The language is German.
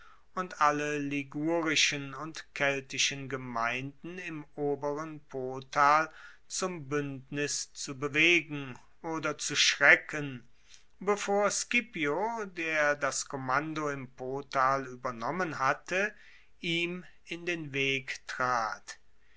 und alle ligurischen und keltischen gemeinden im oberen potal zum buendnis zu bewegen oder zu schrecken bevor scipio der das kommando im potal uebernommen hatte ihm in den weg trat